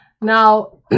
Now